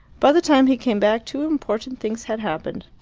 by the time he came back two important things had happened.